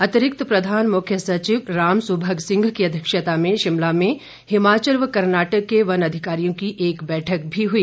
अतिरिक्त प्रधान मुख्य सचिव रामसुभग सिंह की अध्यक्षता में शिमला में हिमाचल व कर्नाटक के अधिकारियों की एक बैठक भी हुई